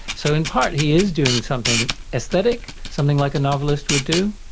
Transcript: so in part he is doing something aesthetic, something like a novelist would do.